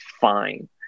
Fine